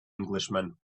englishman